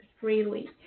freely